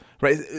right